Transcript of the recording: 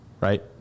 right